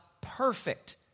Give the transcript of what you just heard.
perfect